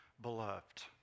beloved